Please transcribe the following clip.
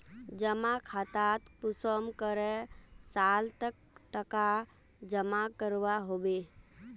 जमा खातात कुंसम करे साल तक टका जमा करवा होबे?